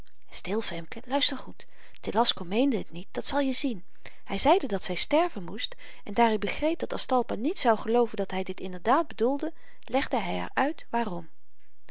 stil femke luister goed telasco meende het niet dat zal je zien hy zeide dat zy sterven moest en daar i begreep dat aztalpa niet zou gelooven dat hy dit inderdaad bedoelde legde hy haar uit waarom